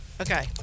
okay